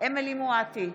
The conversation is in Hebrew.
אמילי חיה מואטי,